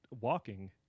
walking